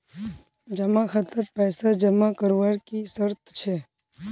जमा खातात पैसा जमा करवार की शर्त छे?